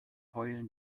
heulen